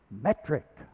metric